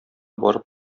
барып